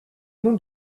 nom